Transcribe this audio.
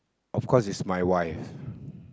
of course it's my wife